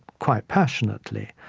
quite passionately,